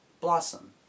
blossom